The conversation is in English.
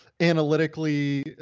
analytically